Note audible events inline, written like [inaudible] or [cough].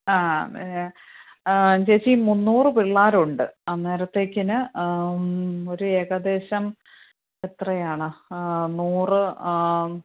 ആ [unintelligible] ചേച്ചി മുന്നൂറ് പിള്ളേരുണ്ട് അന്നേരത്തേക്കിന് ഒരു ഏകദേശം എത്രയാണ് നൂറ്